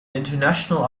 international